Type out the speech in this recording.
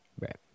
Right